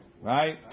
Right